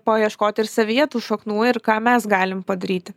paieškot ir savyje tų šaknų ir ką mes galim padaryti